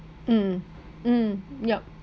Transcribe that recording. mm mm yup